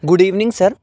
good evening sir